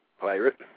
pirate